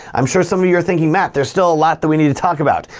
i'm sure some of you're thinking, matt, there's still a lot that we need to talk about.